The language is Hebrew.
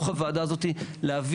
החקלאות.